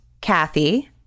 Kathy